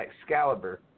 Excalibur